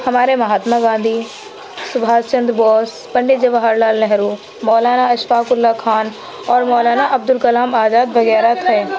ہمارے مہاتما گاندھی سبھاش Chandra Bose Pandit Jawaharlal Nehru Maulana Ashfaqullah Khan اور مولانا عبد الکلام آزاد وغیرہ تھے